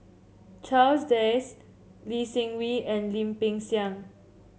Charles Dyce Lee Seng Wee and Lim Peng Siang